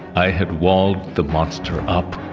i had walled the monster up.